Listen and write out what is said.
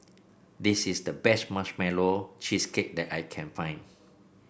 this is the best Marshmallow Cheesecake that I can find